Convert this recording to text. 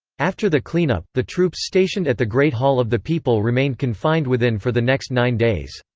after the cleanup, the troops stationed at the great hall of the people remained confined within for the next nine days.